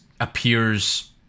appears